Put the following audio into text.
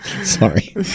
Sorry